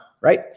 right